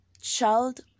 Child